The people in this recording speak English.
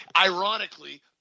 ironically